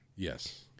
Yes